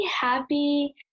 happy